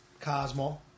Cosmo